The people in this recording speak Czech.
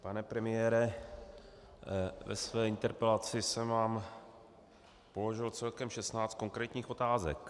Pane premiére, ve své interpelaci jsem vám položil celkem 16 konkrétních otázek.